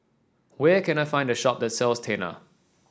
where can I find a shop that sells Tena